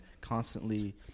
constantly